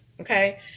okay